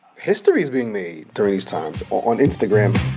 history is being made during these times on instagram.